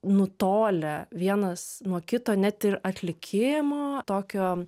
nutolę vienas nuo kito net ir atlikimo tokio